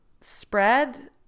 spread